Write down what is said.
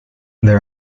there